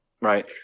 right